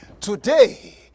today